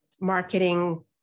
marketing